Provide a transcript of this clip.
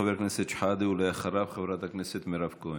חבר הכנסת שחאדה, ואחריו, חברת הכנסת מירב כהן.